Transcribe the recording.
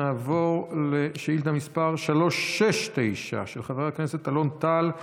נעבור לשאילתה מס' 369, של חבר הכנסת אלון טל: